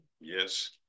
Yes